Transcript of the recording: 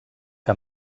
que